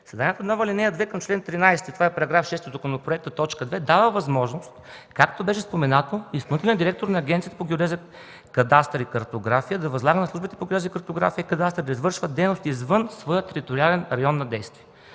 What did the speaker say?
„Създава се нова ал. 2 към чл. 13 – това е § 6 от законопроекта, т. 2, дава възможност, както беше споменато, изпълнителният директор на Агенцията по геодезия, кадастър и картография да възлага на службите по геодезия, картография и кадастър да извършват дейности извън своя териториален район на действие”.